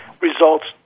results